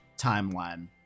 timeline